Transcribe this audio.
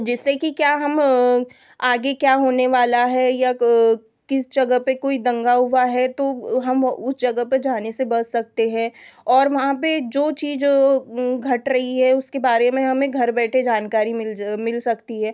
जिससे कि क्या हम आगे क्या होने वाला है या किस जगह पर कोई दंगा हुआ है तो हम वह उस जगह पर जाने से बच सकते है और वहाँ पर जो चीज़ घट रही है उसके बारे में हमें घर बैठे जानकारी मिल ज मिल सकती है